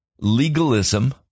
Legalism